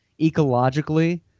ecologically